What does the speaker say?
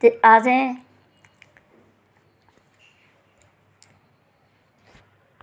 ते